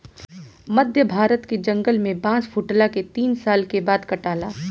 मध्य भारत के जंगल में बांस फुटला के तीन साल के बाद काटाला